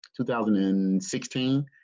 2016